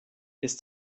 ist